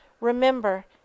remember